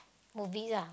movies ah